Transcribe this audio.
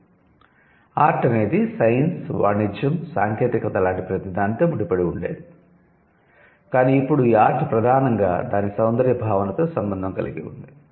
'art' అనేది science వాణిజ్యం సాంకేతికత లాంటి ప్రతిదానితో ముడిపడి ఉండేది కానీ ఇప్పుడు ఈ 'ఆర్ట్' ప్రధానంగా దాని సౌందర్య భావనతో సంబంధం కలిగి ఉంది